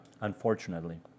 unfortunately